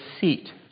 seat